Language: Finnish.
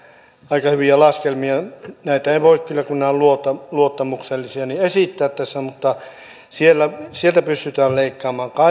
aika hyviä laskelmia näitä ei kyllä voi kun nämä ovat luottamuksellisia esittää tässä mutta sieltä pystytään leikkaamaan